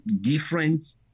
different